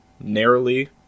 narrowly